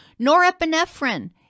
Norepinephrine